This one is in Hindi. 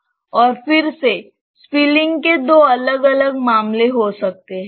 और फिर से स्पिलिंग के दो अलग अलग मामले हो सकते हैं